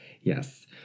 Yes